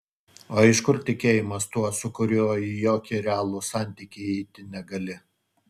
o iš kur tikėjimas tuo su kuriuo į jokį realų santykį įeiti negali